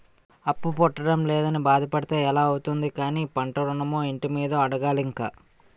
అప్పు పుట్టడం లేదని బాధ పడితే ఎలా అవుతుంది కానీ పంట ఋణమో, ఇంటి మీదో అడగాలి ఇంక